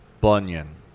Bunyan